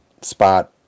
spot